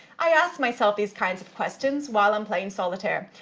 i asked myself these kinds of questions while i'm playing solitaire.